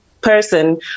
person